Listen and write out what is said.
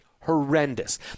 Horrendous